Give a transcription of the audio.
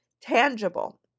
tangible